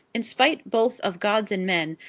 in spite both of gods and men,